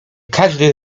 każdy